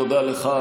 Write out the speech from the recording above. תודה לך.